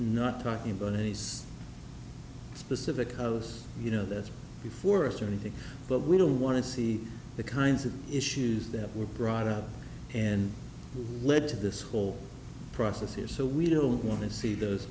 not talking about he's specific of us you know that's before us or anything but we don't want to see the kinds of issues that were brought up and led to this whole process here so we don't want to see those